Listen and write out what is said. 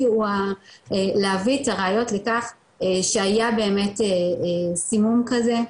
הוא להביא את הראיות לכך שהיה באמת סימום כזה,